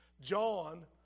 John